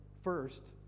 first